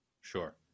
Sure